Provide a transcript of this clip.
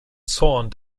zorn